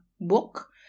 book